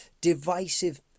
divisive